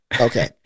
Okay